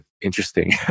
Interesting